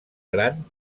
gran